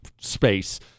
space